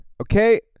okay